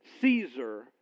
Caesar